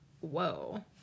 Whoa